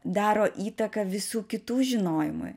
daro įtaką visų kitų žinojimui